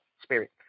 spirit